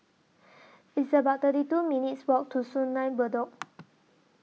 It's about thirty two minutes' Walk to Sungei Bedok